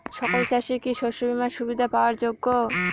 সকল চাষি কি শস্য বিমার সুবিধা পাওয়ার যোগ্য?